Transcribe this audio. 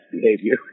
behavior